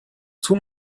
tun